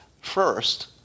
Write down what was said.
first